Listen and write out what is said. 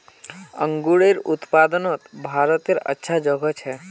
अन्गूरेर उत्पादनोत भारतेर अच्छा जोगोह छे